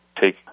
take